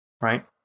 right